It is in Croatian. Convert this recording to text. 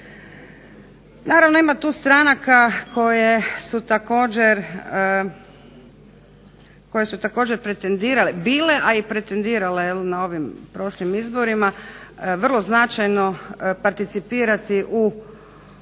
Naravno ima tu stranaka koje su također pretendirale, bile i pretendirale na ovim izborima, vrlo značajno participirati u vlasti,